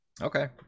Okay